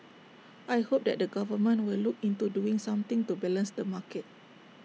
I hope that the government will look into doing something to balance the market